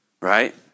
Right